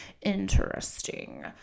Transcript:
Interesting